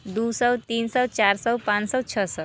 दो सौ तीन सौ चार सौ पाँच सौ छः सौ